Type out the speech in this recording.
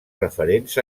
referents